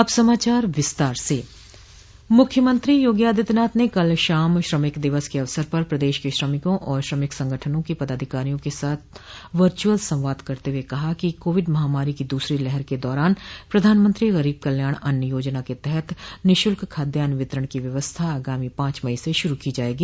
अब समाचार विस्तार से मुख्यमंत्री योगी आदित्यनाथ ने कल शाम श्रमिक दिवस के अवसर पर प्रदेश के श्रमिकों व श्रमिक संगठनों के पदाधिकारियों के साथ वर्चुअल संवाद करते हुए कहा कि कोविड महामारी की दूसरी लहर के दौरान प्रधानमंत्री गरीब कल्याण अन्न योजना के तहत निःशुल्क खाद्यान्न वितरण की व्यवस्था आगामी पांच मई से शुरू की जायेगी